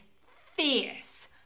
fierce